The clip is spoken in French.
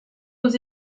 aux